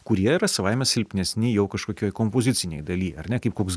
kurie yra savaime silpnesni jau kažkokioj kompozicinėj dalyj ar ne kaip koks